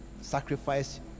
sacrifice